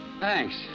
Thanks